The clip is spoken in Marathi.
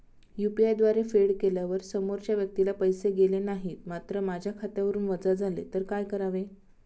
यु.पी.आय द्वारे फेड केल्यावर समोरच्या व्यक्तीला पैसे गेले नाहीत मात्र माझ्या खात्यावरून वजा झाले तर काय करावे?